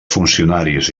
funcionaris